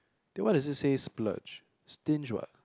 then why does it say splurge stinge what